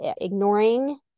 Ignoring